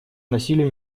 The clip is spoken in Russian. насилию